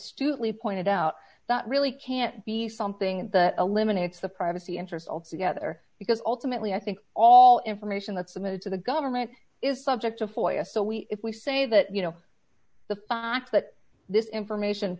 astutely pointed out that really can't be something that eliminates the privacy interest altogether because ultimately i think all information that's in it for the government is subject to for us so we if we say that you know the fox that this information